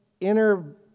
inner